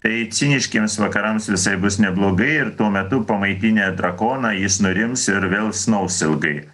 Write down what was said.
tai ciniškiems vakarams visai bus neblogai ir tuo metu pamaitinę drakoną jis nurims ir vėl snaus ilgai